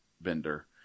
bender